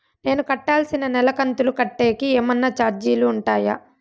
నేను కట్టాల్సిన నెల కంతులు కట్టేకి ఏమన్నా చార్జీలు ఉంటాయా?